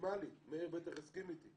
מינימלית חבר הכנסת מאיר כהן בטח יסכים איתי.